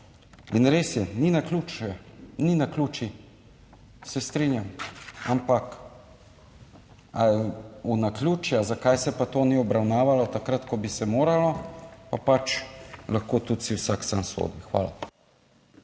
In res je, ni naključje, ni naključij. Se strinjam, ampak ali v naključja, zakaj se pa to ni obravnavalo takrat, ko bi se moralo, pa pač lahko tudi si vsak sam sodi. Hvala.